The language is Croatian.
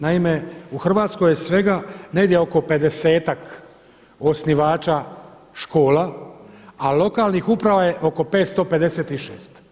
Naime, u Hrvatskoj je svega negdje oko 50-tak osnivača škola, a lokalnih uprava je oko 556.